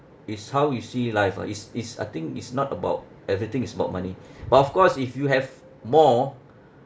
it's how you see life ah is is I think is not about everything is about money but of course if you have more